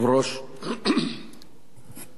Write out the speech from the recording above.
כנסת נכבדה,